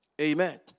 Amen